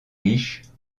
riches